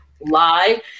lie